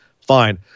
Fine